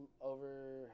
Over